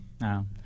No